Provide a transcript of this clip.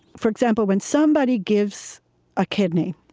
for example, when somebody gives a kidney,